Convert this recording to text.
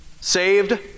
saved